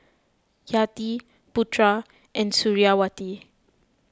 Yati Putra and Suriawati